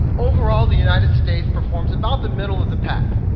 overall, the united states performs about the middle of the pack.